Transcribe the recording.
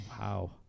wow